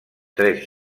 tres